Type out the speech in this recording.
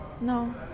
No